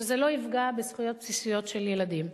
שזה לא יפגע בזכויות בסיסיות של ילדים.